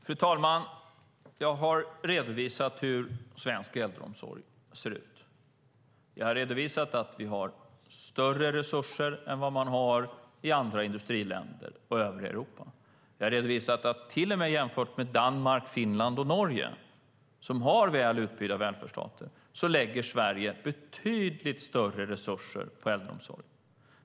Fru talman! Jag har redovisat hur svensk äldreomsorg ser ut. Jag har redovisat att vi har större resurser än vad man har i andra industriländer och övriga Europa. Jag har redovisat att till och med jämfört med Danmark, Finland och Norge, som har väl utbyggda välfärdsstater, lägger Sverige betydligt större resurser på äldreomsorg.